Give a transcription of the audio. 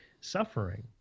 suffering